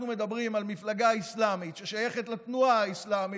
אנחנו מדברים על מפלגה אסלאמית ששייכת לתנועה האסלאמית,